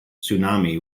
tsunami